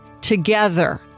together